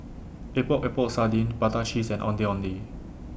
Epok Epok Sardin Prata Cheese and Ondeh Ondeh